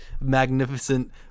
magnificent